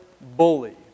bully